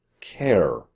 care